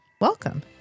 Welcome